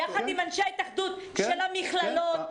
יחד עם אנשי ההתאחדות של המכללות,